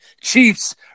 Chiefs